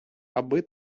аби